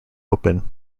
open